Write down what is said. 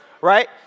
right